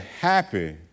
happy